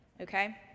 okay